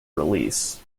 release